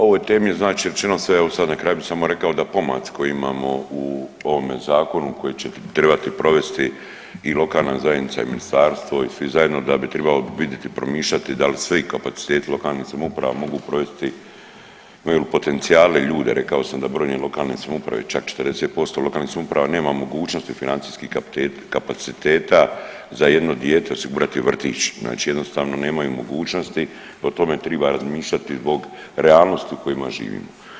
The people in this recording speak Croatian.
O ovoj temi je znači rečeno sve, evo sad na kraju bi samo rekao da pomaci koje imamo u ovome zakonu koji ćete trebati provesti i lokalna zajednica i ministarstvo i svi zajedno da bi tribalo viditi i promišljati da li svi kapaciteti lokalnih samouprava mogu provesti, imaju li potencijale i ljude, rekao sam da brojne lokalne samouprave, čak 40% lokalnih samouprava nema mogućnosti financijskih kapaciteta za jedno dijete osigurati vrtić, znači jednostavno nemaju mogućnosti, o tome triba razmišljati zbog realnosti u kojima živimo.